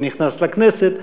ונכנס לכנסת.